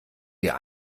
wir